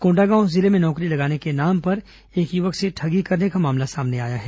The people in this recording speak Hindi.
कोंडगांव जिले में नौकरी लगाने के नाम पर एक युवक से ठगी करने का मामला सामने आया है